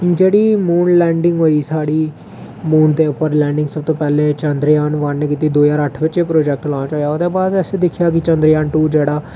जेह्ड़ी moon landing होई साढ़ी मून दे उप्पर लैंडिंग सबतूं पैह्लें चंद्रयान वन नै कीती दो ज्हार अट्ठ बिच एह् प्रोजेक्ट लांच होएआ ते ओह्दे बाद असें दिक्खेआ कि चंद्रयान टू जेह्ड़ा